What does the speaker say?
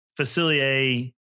Facilier